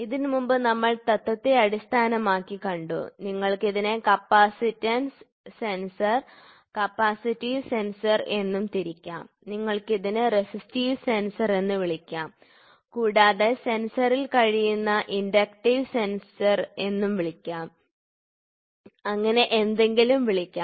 ഇതിനുമുമ്പ് നമ്മൾ തത്വത്തെ അടിസ്ഥാനമാക്കി കണ്ടു നിങ്ങൾക്ക് ഇതിനെ കപ്പാസിറ്റൻസ് സെൻസർ കപ്പാസിറ്റീവ് സെൻസർ എന്നും തരംതിരിക്കാം നിങ്ങൾക്ക് ഇതിനെ റെസിസ്റ്റീവ് സെൻസർ എന്ന് വിളിക്കാം കൂടാതെ സെൻസറിൽ കഴിയുന്ന ഇൻഡക്റ്റീവ് സെൻസർ എന്നും വിളിക്കാം അങ്ങനെ എന്തെങ്കിലും വിളിക്കാം